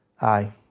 aye